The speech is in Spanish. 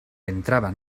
entraban